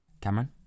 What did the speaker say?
Cameron